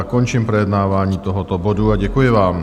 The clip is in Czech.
Končím projednávání tohoto bodu a děkuji vám.